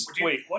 Wait